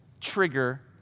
trigger